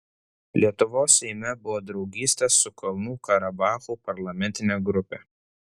lietuvos seime buvo draugystės su kalnų karabachu parlamentinė grupė